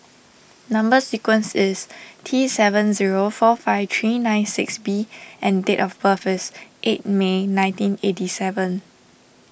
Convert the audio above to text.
Number Sequence is T seven zero four five three nine six B and date of birth is eight May nineteen eighty seven